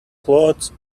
clothes